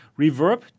Reverb